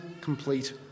complete